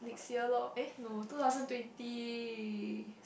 next year loh eh no two thousand twenty